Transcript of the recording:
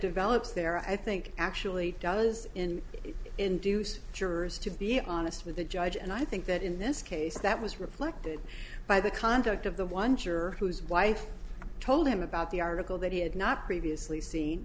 develops there i think actually does in induce jurors to be honest with the judge and i think that in this case that was reflected by the conduct of the one juror who's wife told him about the article that he had not previously seen